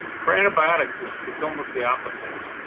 for antibiotics it's it's almost the opposite.